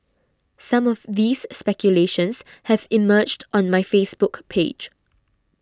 some of these speculations have emerged on my Facebook page